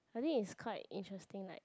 I think it's quite interesting like